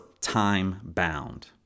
time-bound